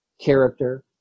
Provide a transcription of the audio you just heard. character